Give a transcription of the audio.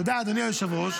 אתה יודע, אדוני היושב-ראש,